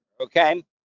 okay